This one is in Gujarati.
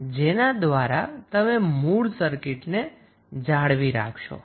જેના દ્વારા તમે મુળ સર્કિટને જાળવી રાખશો